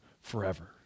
forever